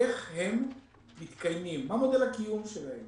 איך הם מתקיימים, מה מודל הקיום שלהם